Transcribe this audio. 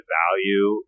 value